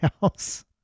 house